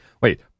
Wait